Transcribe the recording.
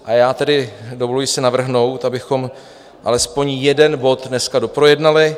A já si tedy dovoluji navrhnout, abychom alespoň jeden bod dneska doprojednali.